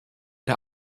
der